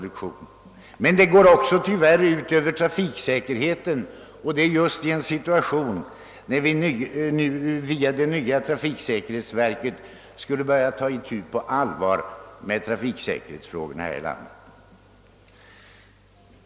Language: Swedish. Men den dåliga vägstandarden går tyvärr också ut över trafiksäkerheten, och detta inträffar just när vi genom det nya trafiksäkerhetsverket på allvar skulle börja ta itu med trafiksäkerhetsfrågorna.